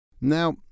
Now